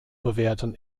bewerten